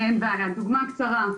אין בעיה, דוגמה קצרה,